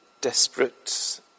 desperate